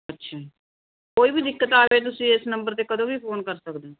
ਅੱਛਾ ਜੀ ਕੋਈ ਵੀ ਦਿੱਕਤ ਆਵੇ ਤੁਸੀਂ ਇਸ ਨੰਬਰ 'ਤੇ ਕਦੋਂ ਵੀ ਫੋਨ ਕਰ ਸਕਦੇ ਹੋ